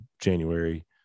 January